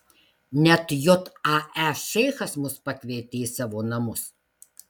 net jae šeichas mus pakvietė į savo namus